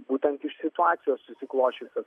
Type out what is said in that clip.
būtent iš situacijos susiklosčiusios